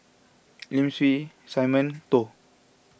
Lim Swe Simon Toh